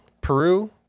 Peru